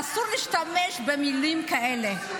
אסור להשתמש במילים כאלה.